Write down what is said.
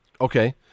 Okay